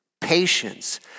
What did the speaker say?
patience